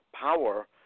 power